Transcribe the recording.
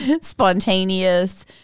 spontaneous